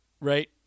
right